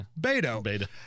Beto